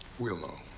we'll know.